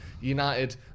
United